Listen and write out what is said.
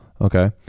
okay